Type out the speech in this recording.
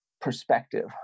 perspective